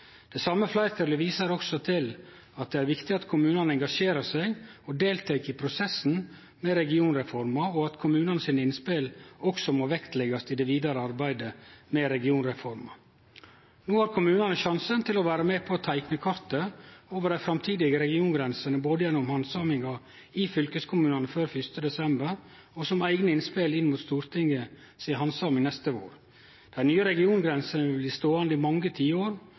Det same fleirtalet viser også til at det er viktig at kommunane engasjerer seg og deltek i prosessen med regionreforma, og at kommunane sine innspel også må vektleggjast i det vidare arbeidet med regionreforma. No har kommunane sjansen til å vere med på å teikne kartet over dei framtidige regiongrensene både gjennom handsaminga i fylkeskommunane før 1. desember og som eigne innspel inn mot Stortinget si handsaming neste vår. Dei nye regiongrensene vil bli ståande i mange tiår,